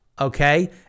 okay